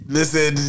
Listen